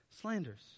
Slanders